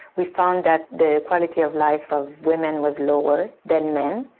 we found that the quality of life of women was lower than men.